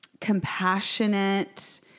compassionate